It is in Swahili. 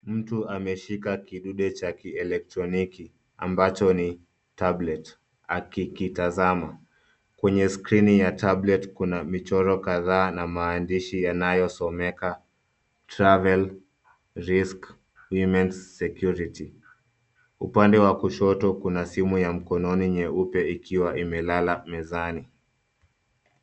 Mtu ameshika kidude cha kielektroniki ambacho ni tablet akikitazama. Kwenye skrini ya tablet kuna michoro kadhaa na maandishi yanayosomeka travel risk women security . Upande wa kushoto kuna simu ya mkononi nyeupe ikiwa imelala mezani.